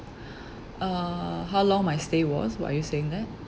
uh how long my stay was what are you saying that